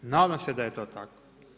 Nadam se da je to tako.